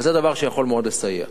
וזה דבר שיכול מאוד לסייע.